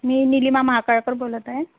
मी निलीमा महाकाळकर बोलत आहे